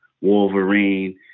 Wolverine